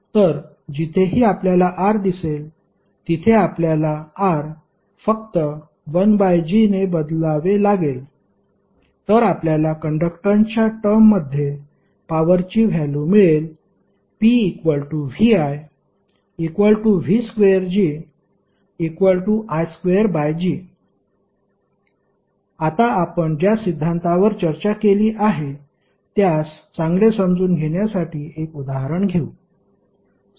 तर जिथेही आपल्याला R दिसेल तिथे आपल्याला R फक्त 1 G ने बदलावे लागेल तर आपल्याला कंडक्टन्सच्या टर्ममध्ये पॉवरची व्हॅल्यु मिळेल pviv2Gi2G आता आपण ज्या सिद्धांतावर चर्चा केली आहे त्यास चांगले समजून घेण्यासाठी एक उदाहरण घेऊ